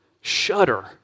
shudder